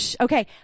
Okay